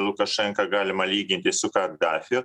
lukašenką galima lyginti su kadafiu